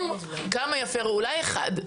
אולי אחד.